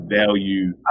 value